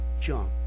junk